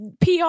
PR